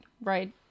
right